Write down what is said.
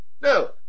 No